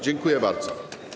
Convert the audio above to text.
Dziękuję bardzo.